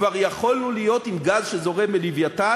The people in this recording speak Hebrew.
כבר יכולנו להיות עם גז שזורם מ"לווייתן"